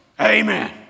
amen